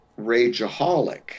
rageaholic